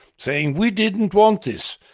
saying we didn't want this.